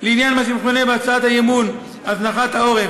לעניין מה שמכונה בהצעת האי-אמון "הזנחת העורף",